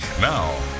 Now